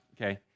okay